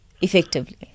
effectively